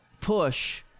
push